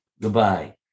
Goodbye